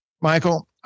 Michael